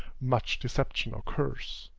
much deception occurs.